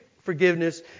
forgiveness